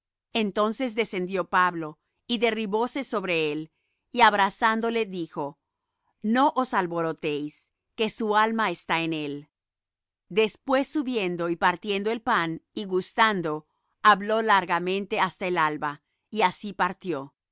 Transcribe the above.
entonces descendió pablo y derribóse sobre él y abrazándole dijo no os alborotéis que su alma está en él después subiendo y partiendo el pan y gustando habló largamente hasta el alba y así partió